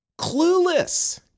Clueless